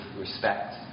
respect